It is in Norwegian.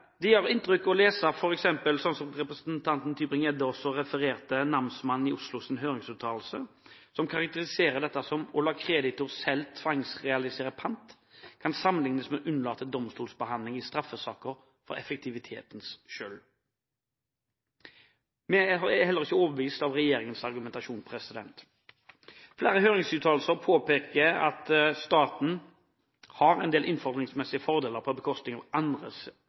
inntrykk å lese f.eks. – og representanten Tybring-Gjedde refererte også noe – høringsuttalelsen til Namsmannen i Oslo, som karakteriserer dette slik: «Å la kreditor selv tvangsrealisere pant, kan sammenlignes med å unnlate domstolsbehandling i straffesaker for effektivitetens skyld.» Vi er heller ikke overbevist av regjeringens argumentasjon. Flere høringsuttalelser påpeker at staten har en del innfordringsmessige fordeler på bekostning av